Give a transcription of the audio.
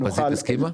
ופזית הסכימה?